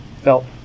felt